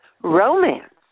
Romance